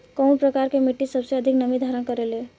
कउन प्रकार के मिट्टी सबसे अधिक नमी धारण करे ले?